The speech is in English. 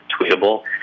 tweetable